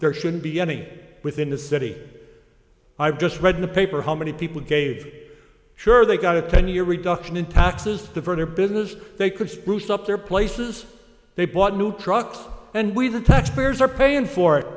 there shouldn't be any within the city i've just read the paper how many people gave sure they got a ten year reduction in taxes to further business they could spruce up their places they bought new trucks and we the taxpayers are paying for it